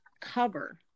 cover